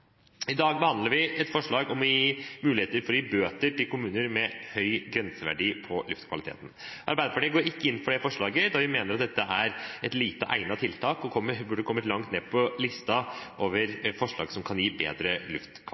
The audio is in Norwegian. I dag behandler vi et representantforslag om å gi mulighet for å gi bøter til kommuner med høy grenseverdi på luftkvaliteten. Arbeiderpartiet går ikke inn for det forslaget, da vi mener dette er et lite egnet tiltak og burde kommet langt ned på listen over forslag som kan gi bedre